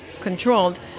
controlled